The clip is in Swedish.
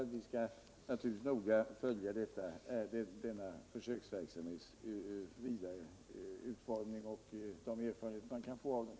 Det är klart att vi noga skall följa denna försöksverksamhets vidare utformning och de erfarenheter som man kan få av den.